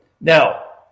now